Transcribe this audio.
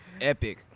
epic